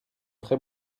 très